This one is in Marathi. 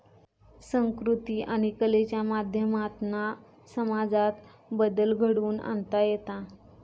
संकृती आणि कलेच्या माध्यमातना समाजात बदल घडवुन आणता येता